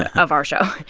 ah of our show.